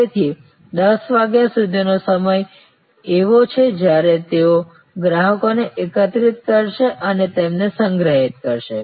તેથી 10 વાગ્યે સુધીનો સમય એવો છે જ્યારે તેઓ ગ્રાહકોને એકત્રિત કરશે અને તેમને સંગ્રહિત કરશે